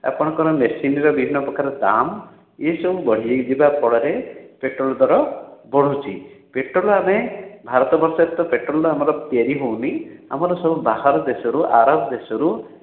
ଆପଣଙ୍କ ମେସିନ୍ ର ବିଭିନ୍ନ ପ୍ରକାର ଦାମ୍ ଏହିସବୁ ବଢ଼ିଯିବା ଫଳରେ ପେଟ୍ରୋଲ୍ ଦର ବଢୁଛି ପେଟ୍ରୋଲ୍ ଆମେ ଭାରତବର୍ଷରେ ତ ପେଟ୍ରୋଲ୍ ଆମର ତିଆରି ହେଉନି ଆମର ସବୁ ବାହାର ଦେଶରୁ ଆରବ ଦେଶରୁ